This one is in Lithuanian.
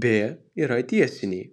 b yra tiesiniai